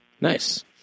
Nice